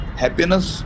happiness